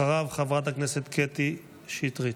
אחריו, חברת הכנסת קטי שטרית.